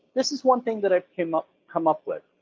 this is one thing that i come up come up with.